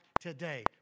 today